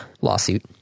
lawsuit